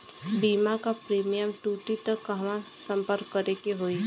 बीमा क प्रीमियम टूटी त कहवा सम्पर्क करें के होई?